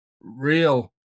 real